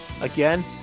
Again